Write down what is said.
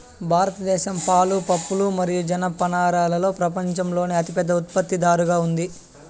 భారతదేశం పాలు, పప్పులు మరియు జనపనారలో ప్రపంచంలోనే అతిపెద్ద ఉత్పత్తిదారుగా ఉంది